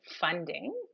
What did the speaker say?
funding